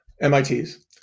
MITs